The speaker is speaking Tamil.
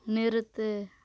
நிறுத்து